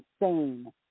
insane